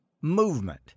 movement